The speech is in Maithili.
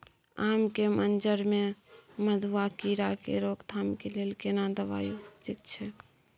आम के मंजर में मधुआ कीरा के रोकथाम के लेल केना दवाई उपयुक्त छै?